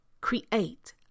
create